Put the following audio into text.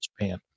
Japan